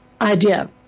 idea